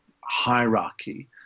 hierarchy